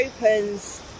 opens